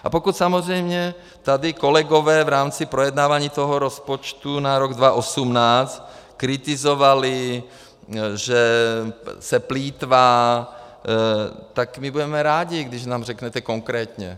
A pokud samozřejmě tady kolegové v rámci projednávání rozpočtu na rok 2018 kritizovali, že se plýtvá, tak my budeme rádi, když nám řeknete konkrétně.